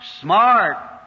smart